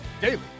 Daily